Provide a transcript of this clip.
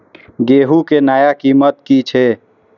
गेहूं के नया कीमत की छे?